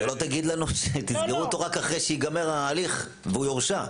שלא תגיד לנו שתסגרו אותו רק אחרי שייגמר ההליך והוא יורשע.